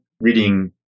reading